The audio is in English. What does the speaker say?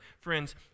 Friends